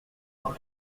mon